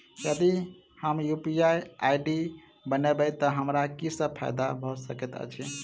यदि हम UPI ID बनाबै तऽ हमरा की सब फायदा भऽ सकैत अछि?